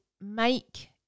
make